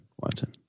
Watson